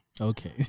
Okay